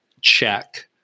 check